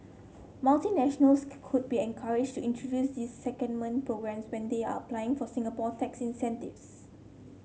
multinationals could be encouraged to introduce these secondment programmes when they are applying for Singapore tax incentives